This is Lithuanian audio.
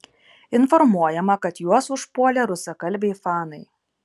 informuojama kad juos užpuolė rusakalbiai fanai